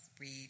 read